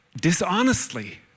dishonestly